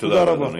תודה רבה.